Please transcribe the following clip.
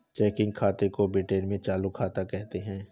checking खाते को Britain में चालू खाता कहते हैं